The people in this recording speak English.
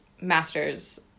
master's